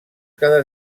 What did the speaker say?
cada